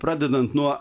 pradedant nuo